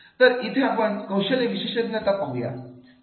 तर इथे आपण कौशल्य विशेषज्ञता पाहूया